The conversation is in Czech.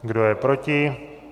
Kdo je proti?